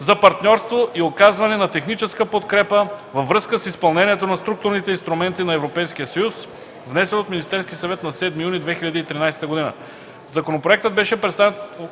за партньорство и оказване на техническа подкрепа във връзка с изпълнението на Структурните инструменти на Европейския съюз, внесен от Министерския съвет на 7 юни 2013 г. Законопроектът беше представен